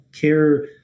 care